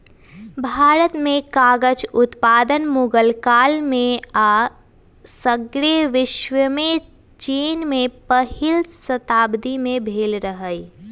भारत में कागज उत्पादन मुगल काल में आऽ सग्रे विश्वमें चिन में पहिल शताब्दी में भेल रहै